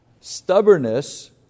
stubbornness